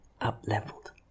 up-leveled